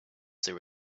there